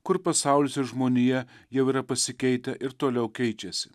kur pasaulis ir žmonija jau yra pasikeitę ir toliau keičiasi